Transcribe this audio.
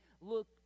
look